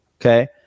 Okay